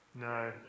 No